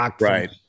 right